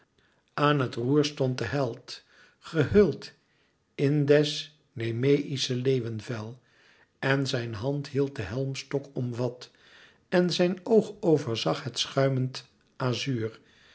aan het roer stond de held gehuld in des nemeïschen leeuwen vel en zijn hand hield den helmstok omvat en zijn oog overzag het schuimend azuur